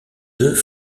deux